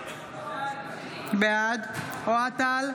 בעד אוהד טל,